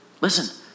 listen